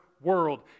world